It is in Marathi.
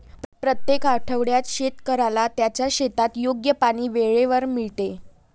प्रत्येक आठवड्यात शेतकऱ्याला त्याच्या शेतात योग्य पाणी वेळेवर मिळते